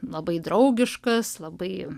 labai draugiškas labai